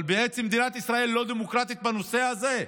אבל בעצם מדינת ישראל לא דמוקרטית בנושא הזה,